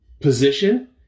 position